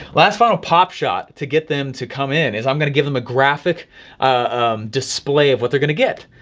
last final pop shot to get them to come in, is i'm gonna give them a graphic display of what they're gonna get.